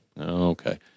Okay